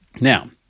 Now